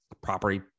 property